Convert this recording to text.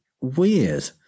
weird